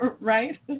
Right